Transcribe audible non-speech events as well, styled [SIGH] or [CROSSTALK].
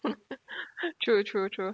[LAUGHS] [BREATH] true true true